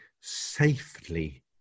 safely